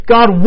God